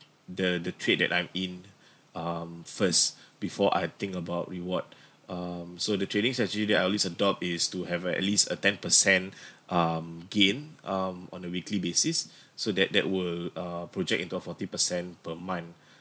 the the trade that I'm in um first before I think about reward um so the trading strategy that I always adopt is to have a at least a ten per cent um gain um on a weekly basis so that that will uh project into a forty per cent per month